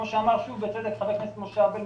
כפי שאמר חבר הכנסת ארבל בצדק,